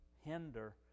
hinder